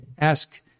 ask